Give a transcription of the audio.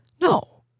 No